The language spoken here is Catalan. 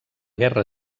guerra